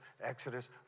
Exodus